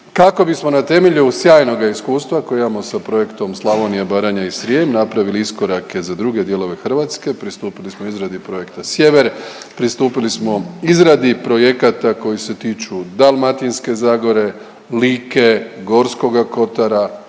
Kako bismo na temelju sjajnoga iskustva koji imamo sa projektom Slavonija, Baranja i Srijem napravili iskorake za druge dijelove Hrvatske pristupili smo izradi projekta Sjever, pristupili smo izradi projekata koji se tiču Dalmatinske Zagore, Like, Gorskoga kotara,